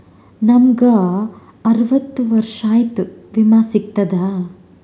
ನಮ್ ಗ ಅರವತ್ತ ವರ್ಷಾತು ವಿಮಾ ಸಿಗ್ತದಾ?